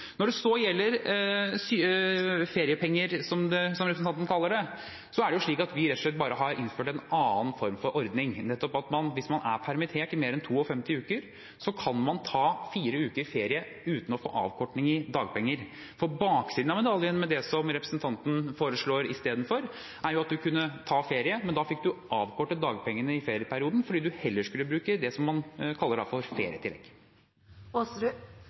Når det så gjelder feriepenger, som representanten kaller det, er det slik at vi rett og slett bare har innført en annen form for ordning, nettopp at man hvis man er permittert i mer enn 52 uker, så kan man ta fire uker ferie uten å få avkortning i dagpenger. Baksiden av medaljen med det som representanten foreslår istedenfor, er at man kunne ta ferie, men da fikk man avkortet dagpengene i ferieperioden fordi man heller skulle bruke det man kaller for